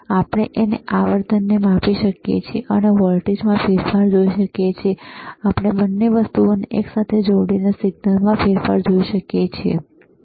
અને આપણે આવર્તનને માપી શકીએ છીએ આપણે વોલ્ટેજમાં ફેરફાર જોઈ શકીએ છીએ આપણે બંને વસ્તુઓને એકસાથે જોડીને સિગ્નલમાં ફેરફાર જોઈ શકીએ છીએ બરાબર